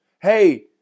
hey